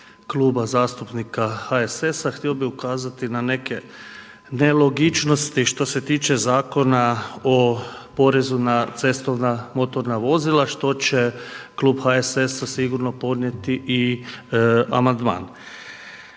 htio bih ukazati na neke nelogičnosti što se tiče Zakona o porezu na cestovna motorna vozila, što će Klub HSS-a sigurno podnijeti i amandman.